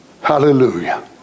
hallelujah